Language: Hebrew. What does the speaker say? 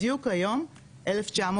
בדיוק היום 1994,